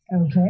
Okay